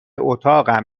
اتاقم